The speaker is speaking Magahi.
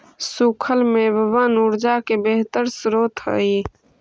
सूखल मेवबन ऊर्जा के बेहतर स्रोत हई